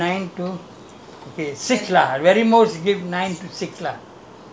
you must put beside time வேல:vela at nine to